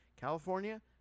California